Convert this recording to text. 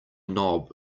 knob